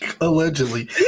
Allegedly